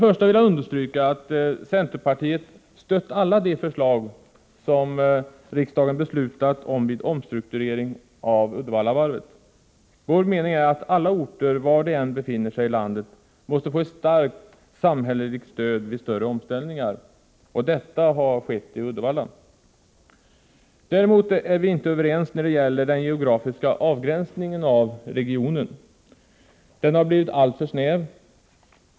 Först vill jag understryka att centerpartiet stött alla de förslag som riksdagen beslutat om vid omstruktureringen av Uddevallavarvet. Vår mening är att alla orter var de än befinner sig i landet måste få ett starkt samhälleligt stöd vid större omställningar. Och detta har skett i Uddevalla. Däremot är vi inte överens när det gäller den geografiska avgränsningen av regionen. Den har blivit alltför snäv.